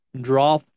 draw